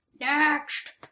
Next